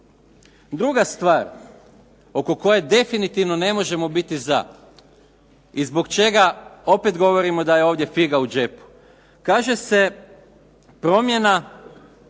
Druga stvar oko koje definitivno ne možemo biti za i zbog čega opet govorimo da je ovdje figa u džepu. Kaže se promjena,